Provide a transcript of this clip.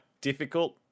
difficult